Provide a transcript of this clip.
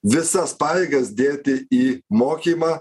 visas pajėgas dėti į mokymą